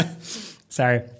Sorry